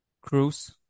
Cruz